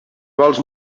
vols